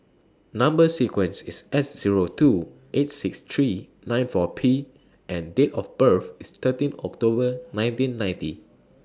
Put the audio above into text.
Number sequence IS S Zero two eight six three nine four P and Date of birth IS thirteen October nineteen ninety